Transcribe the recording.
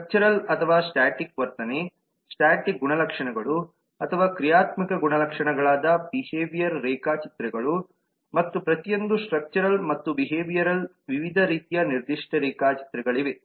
structural ಅಥವಾ static ವರ್ತನೆ static ಗುಣಲಕ್ಷಣಗಳು ಅಥವಾ ಕ್ರಿಯಾತ್ಮಕ ಗುಣಲಕ್ಷಣಗಳಾದ ಬಿಹೇವಿಯರಲ್ ರೇಖಾಚಿತ್ರಗಳು ಮತ್ತು ಪ್ರತಿಯೊಂದು ಸ್ಟ್ರಕ್ಚರಲ್ ಮತ್ತು ಬಿಹೇವಿಯರಲ್ ವಿವಿಧ ರೀತಿಯ ನಿರ್ದಿಷ್ಟ ರೇಖಾಚಿತ್ರಗಳಿವೆ